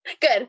Good